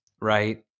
right